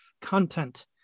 content